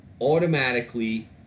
automatically